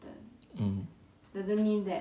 mm